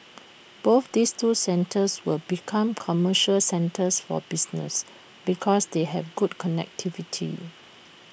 both these two centres will become commercial centres for business because they have good connectivity